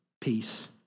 peace